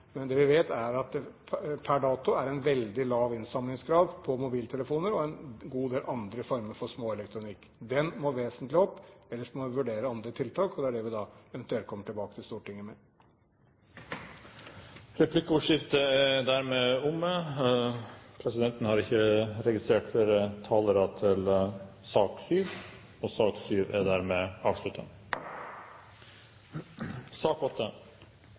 Men det vi vet, er at det per dags dato er en veldig lav innsamlingsgrad på mobiltelefoner og en god del andre former for småelektronikk. Den må vesentlig opp, ellers må vi vurdere andre tiltak, og det er det vi da eventuelt kommer tilbake til Stortinget med. Replikkordskiftet er dermed omme. Flere har ikke bedt om ordet til sak